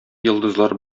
йолдызлар